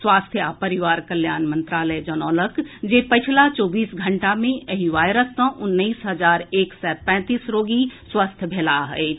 स्वास्थ्य आ परिवार कल्याण मंत्रालय जनौलक अछि जे पछिला चौबीस घंटा मे एहि वायरस सँ उन्नैस हजार एक सय पैंतीस रोगी स्वस्थ भेलाह अछि